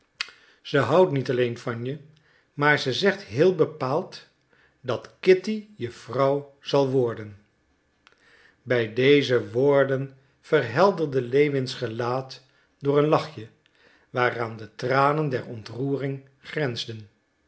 ze houdt niet alleen van je maar ze zegt heel bepaald dat kitty je vrouw zal worden bij deze woorden verhelderde lewins gelaat door een lachje waaraan de tranen der ontroering grensden